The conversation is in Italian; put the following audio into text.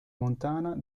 montana